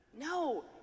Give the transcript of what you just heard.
No